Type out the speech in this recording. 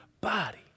body